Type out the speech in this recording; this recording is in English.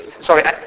Sorry